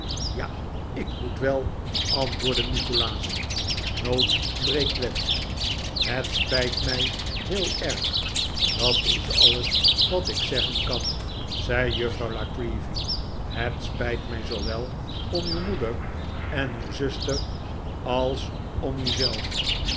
ja ik moet wel antwoordde nikolaas nood breekt wet dat spijt mij heel erg dat is alles wat ik zeggen kan zei juffrouw la creevy het spijt mij zoowel om uw moeder en uw zuster als om